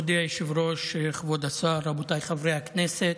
מכובדי היושב-ראש, כבוד השר, רבותיי חברי הכנסת,